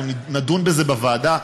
אנחנו נדון בזה בוועדה.